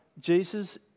jesus